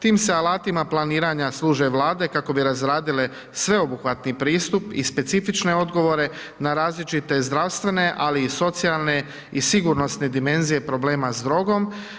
Tim se alatima planiranja službe vlade kako bi razradile sveobuhvatni pristup i specifične odgovore na različite zdravstvene ali i socijalne i sigurnosne dimenzije problema s drogom.